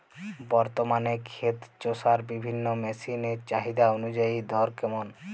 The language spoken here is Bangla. বর্তমানে ক্ষেত চষার বিভিন্ন মেশিন এর চাহিদা অনুযায়ী দর কেমন?